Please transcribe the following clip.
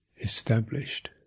established